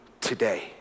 today